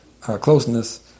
closeness